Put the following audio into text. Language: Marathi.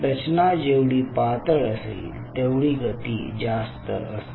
रचना जेवढी पातळ असेल तेवढी गती जास्त असते